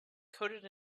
coded